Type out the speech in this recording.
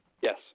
Yes